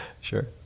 Sure